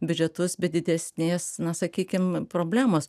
biudžetus be didesnės na sakykim problemos